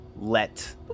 let